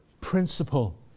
principle